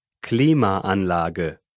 Klimaanlage